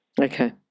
Okay